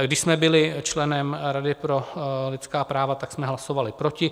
Když jsme byli členem Rady pro lidská práva, tak jsme hlasovali proti.